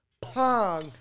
pong